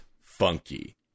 funky